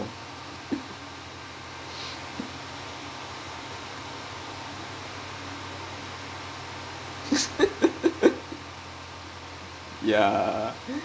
yeah